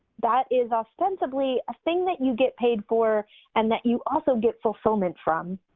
that is ostensibly a thing that you get paid for and that you also get fulfillment from,